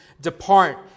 Depart